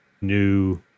new